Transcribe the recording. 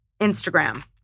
Instagram